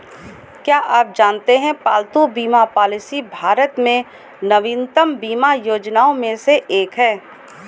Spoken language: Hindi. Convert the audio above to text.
क्या आप जानते है पालतू बीमा पॉलिसी भारत में नवीनतम बीमा योजनाओं में से एक है?